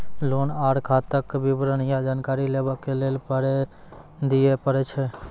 Loan आर खाताक विवरण या जानकारी लेबाक लेल पाय दिये पड़ै छै?